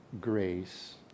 grace